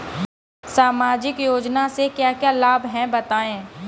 सामाजिक योजना से क्या क्या लाभ हैं बताएँ?